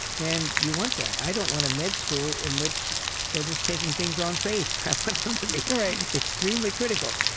and you want that. i don't want a med school in which they're just taking things on faith. i want them to be extremely critical.